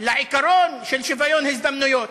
לעיקרון של שוויון הזדמנויות.